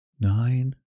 nine